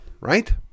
right